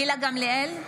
גילה גמליאל,